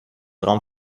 raum